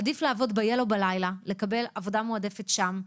עדיף לעבוד ב-Yellow בלילה, לקבל עבודה מועדפת שם,